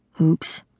Oops